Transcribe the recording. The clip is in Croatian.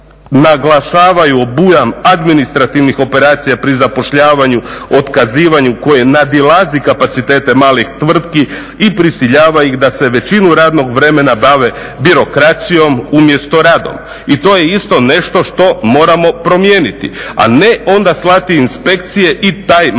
naglašavaju obujam administrativnih operacija pri zapošljavanju, otkazivanju koje nadilazi kapacitete malih tvrtki i prisiljava ih da se većinu radnog vremena bave birokracijom umjesto radom. I to je isto nešto što moramo promijeniti, a ne onda slati inspekcije i taj mali